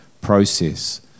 process